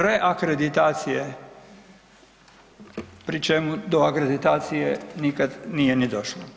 Reakreditacije, pri čemu do akreditacije nikad nije ni došlo.